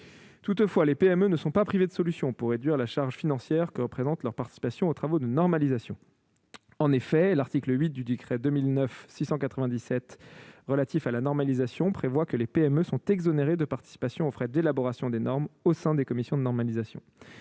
Toutefois, les PME ne sont pas privées de solutions pour réduire la charge financière que représente leur participation aux travaux de normalisation. En effet, l'article 8 du décret n° 2009-697 relatif à la normalisation prévoit que les PME sont exonérées de participation aux frais d'élaboration des normes au sein des commissions de normalisation.